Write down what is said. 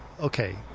okay